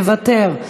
מוותר.